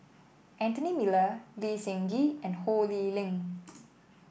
Anthony Miller Lee Seng Gee and Ho Lee Ling